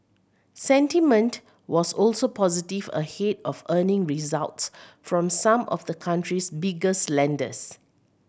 sentiment was also positive ahead of earning results from some of the country's biggest lenders